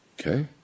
Okay